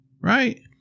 right